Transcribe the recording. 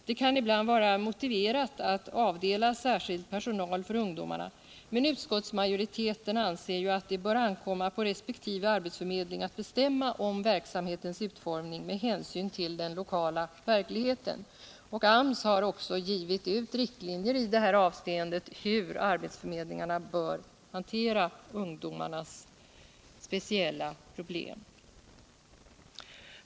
Det kan ibland vara motiverat att avdela särskild personal för ungdomarna, men utskottsmajoriteten anser att det bör ankomma på resp. arbetsförmedling att bestämma om verksamhetens utformning med hänsyn till den lokala verkligheten. AMS har också givit ut riktlinjer avseende hur arbetsförmedlingarna bör hantera ungdomarnas speciella problem.